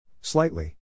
Slightly